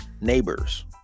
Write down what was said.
neighbors